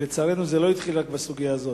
ולצערנו זה לא התחיל רק בסוגיה הזאת.